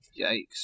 Yikes